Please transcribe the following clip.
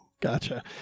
Gotcha